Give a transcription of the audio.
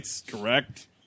correct